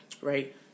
right